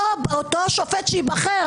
אותו שופט שייבחר,